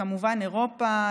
וכמובן אירופה,